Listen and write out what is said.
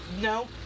No